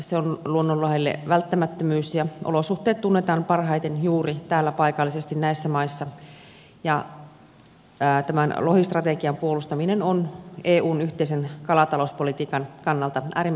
se on luonnonlohelle välttämättömyys ja olosuhteet tunnetaan parhaiten juuri paikallisesti näissä maissa ja tämän lohistrategian puolustaminen on eun yhteisen kalatalouspolitiikan kannalta äärimmäisen tärkeää